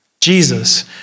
Jesus